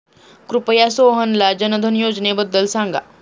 कृपया सोहनला जनधन योजनेबद्दल सांगा